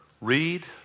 read